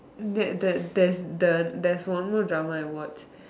that that there is the there's one more drama I watch